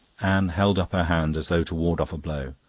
anne held up her hand as though to ward off a blow.